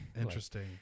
Interesting